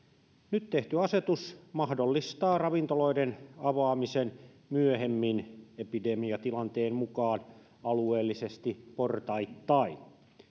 nyt tehty asetus mahdollistaa ravintoloiden avaamisen myöhemmin epidemiatilanteen mukaan alueellisesti portaittain